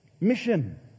Mission